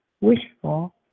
wishful